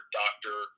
doctor